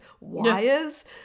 Wires